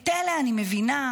את אלה אני מבינה,